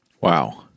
Wow